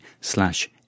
slash